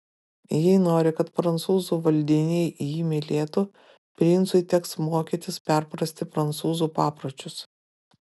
jei nori kad prancūzų valdiniai jį mylėtų princui teks mokytis perprasti prancūzų papročius